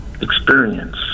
experience